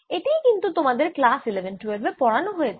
এটিই কিন্তু তোমাদের ক্লাস ইলেভেন টুয়েলভে পড়ান হয়েছে